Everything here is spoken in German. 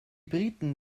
briten